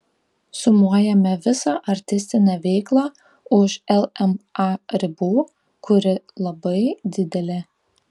sumuojame visą artistinę veiklą už lma ribų kuri labai didelė